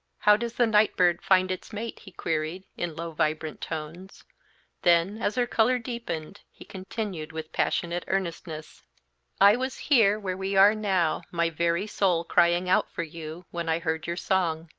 how does the night-bird find its mate? he queried, in low, vibrant tones then, as her color deepened, he continued, with passionate earnestness i was here, where we are now, my very soul crying out for you, when i heard your song.